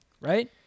right